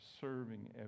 serving